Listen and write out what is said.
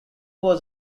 was